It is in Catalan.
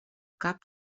cap